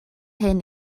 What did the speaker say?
hyn